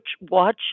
watch